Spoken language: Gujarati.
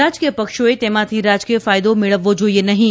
રાજકીય પક્ષોએ તેમાંથી રાજકીય ફાયદો મેળવવો જોઇએ નહીં